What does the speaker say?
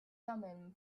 thummim